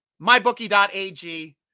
MyBookie.ag